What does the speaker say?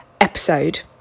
episode